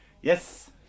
yes